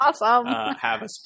awesome